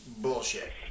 bullshit